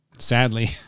Sadly